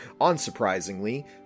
unsurprisingly